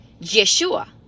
Yeshua